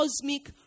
cosmic